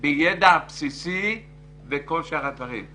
בידע בסיסי וכל שאר הדברים.